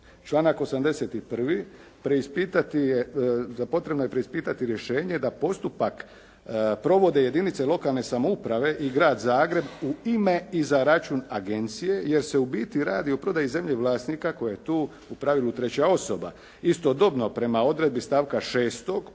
Članak 81. potrebno je preispitati rješenje da postupak provode jedinice lokalne samouprave i grad Zagreb u ime i za račun agencije jer se u biti radi o prodaji zemlje vlasnika koji je tu u pravilu treća osoba. Istodobno prema odredbi stavka 6.